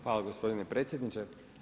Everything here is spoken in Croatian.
Hvala gospodine predsjedniče.